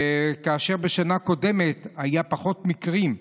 כאשר בשנה קודמת היו פחות מקרים,